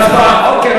אוקיי.